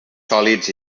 sòlids